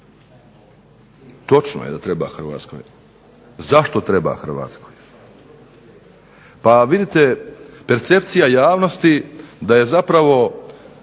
Točno je da treba Hrvatskoj, zašto treba Hrvatskoj? Pa vidite percepcija javnosti da je zapravo